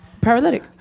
paralytic